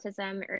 autism